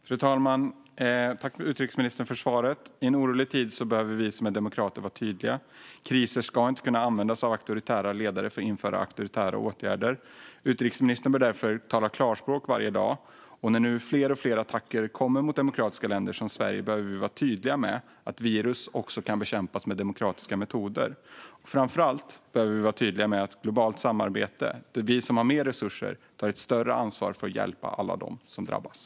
Fru talman! Tack, utrikesministern, för svaret! I en orolig tid behöver vi som är demokrater vara tydliga. Kriser ska inte kunna användas av auktoritära ledare för att införa auktoritära åtgärder. Utrikesministern bör därför tala klarspråk varje dag. När nu fler och fler attacker kommer mot demokratiska länder som Sverige behöver vi vara tydliga med att virus också kan bekämpas med demokratiska metoder. Framför allt behöver vi vara tydliga gällande globalt samarbete, där vi som har mer resurser tar ett större ansvar för att hjälpa alla dem som drabbas.